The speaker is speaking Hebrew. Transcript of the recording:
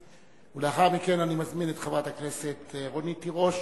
לאחר מכן אני מזמין את חברת הכנסת רונית תירוש,